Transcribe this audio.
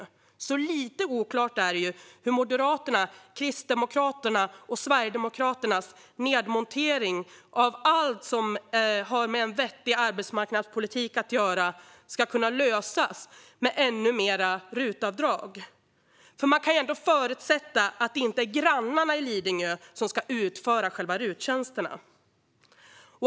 Så lite oklart är det ju hur Moderaternas, Kristdemokraternas och Sverigedemokraternas nedmontering av allt som har med en vettig arbetsmarknadspolitik att göra ska kunna lösas med ännu mer RUT-avdrag. Man kan ändå förutsätta att det inte är grannarna i Lidingö som ska utföra RUT-tjänsterna.